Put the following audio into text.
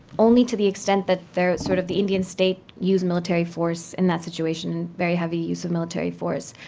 only to the extent that the sort of the indian state used military force in that situation very heavy use of military force,